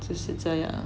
就是这样